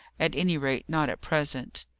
at any rate, not at present.